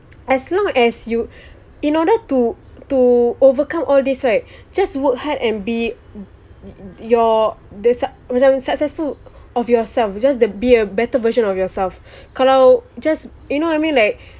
as long as you in order to to overcome all this right just work hard and be your this macam successful of yourself just to be a better version of yourself kalau just you know what I mean like